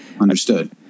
understood